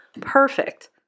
Perfect